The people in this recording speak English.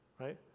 right